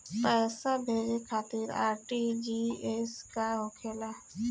पैसा भेजे खातिर आर.टी.जी.एस का होखेला?